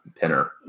pinner